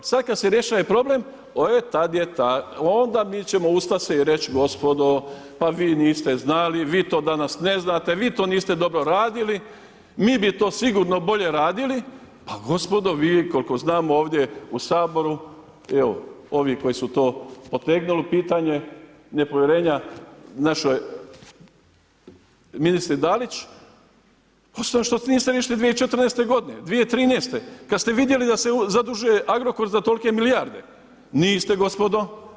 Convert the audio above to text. Sad kad se rješava problem, e tad je ta onda mi ćemo ustat se i reć gospodo pa vi niste znali, vi to danas ne znate, vi to niste dobro radili, mi bi to sigurno bolje radili, pa gospodo vi koliko znam ovdje u Saboru, evo ovi koji su to potegnuli pitanje nepovjerenja našoj ministrici Dalić, … 2014. godine, 2013. kad ste vidjeli da se zadužuje Agrokor za tolke milijarde, niste gospodo.